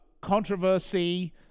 controversy